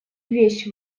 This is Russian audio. вещь